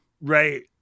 right